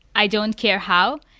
i don't care how.